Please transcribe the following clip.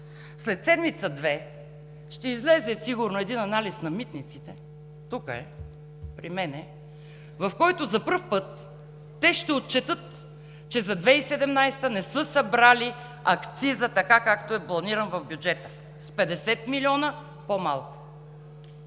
След седмица-две сигурно ще излезе един анализ на Митниците – тук е, при мен, в който за първи път те ще отчетат, че за 2017 г. не са събрали акциза така, както е планиран в бюджета – с 50 милиона по-малко.